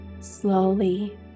Slowly